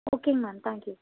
ஓகேங்க ma'am thank you